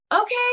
Okay